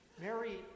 Mary